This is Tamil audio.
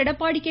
எடப்பாடி கே